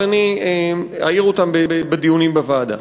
אבל אני אעיר אותן בדיונים בוועדה.